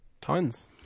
Tons